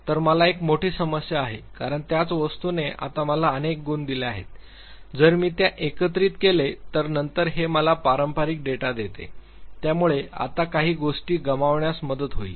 तर मला एक मोठी समस्या आहे कारण त्याच वस्तूने आता मला अनेक गुण दिले आहेत जर मी त्या एकत्रित केले तर नंतर हे मला पारंपारिक डेटा देते यामुळे आता काही गोष्टी गमावण्यास मदत होईल